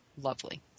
lovely